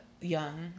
young